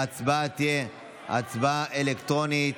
ההצבעה תהיה הצבעה אלקטרונית.